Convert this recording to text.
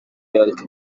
york